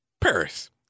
Paris